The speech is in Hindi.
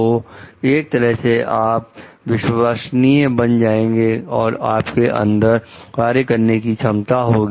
तो एक तरह से आप विश्वसनीय बन जाएंगे और आपके अंदर कार्य करने की क्षमता होगी